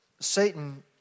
Satan